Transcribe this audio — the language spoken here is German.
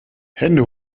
hände